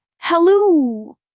hello